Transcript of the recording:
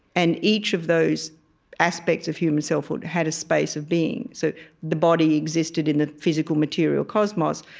and each of those aspects of human self had a space of being. so the body existed in the physical, material cosmos.